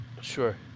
sure